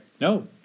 no